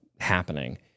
happening